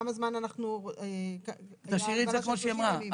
כמה זמן --- תשאירי כמו שהיא אמרה,